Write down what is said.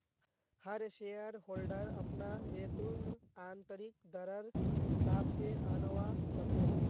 हर shareholder अपना return आंतरिक दरर हिसाब से आंनवा सकोह